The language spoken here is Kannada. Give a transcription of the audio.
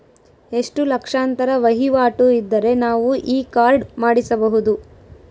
ಎಷ್ಟು ಲಕ್ಷಾಂತರ ವಹಿವಾಟು ಇದ್ದರೆ ನಾವು ಈ ಕಾರ್ಡ್ ಮಾಡಿಸಬಹುದು?